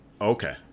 Okay